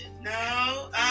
No